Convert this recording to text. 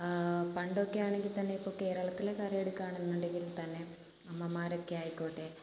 പണ്ടൊക്കെ ആണെങ്കിൽത്തന്നെ ഇപ്പോൾ കേരളത്തിലെ കാര്യം എടുക്കുകയാണെന്നുണ്ടെങ്കിൽ തന്നെ അമ്മമാരൊക്കെ ആയിക്കോട്ടെ